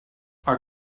our